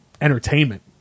entertainment